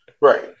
right